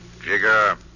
Jigger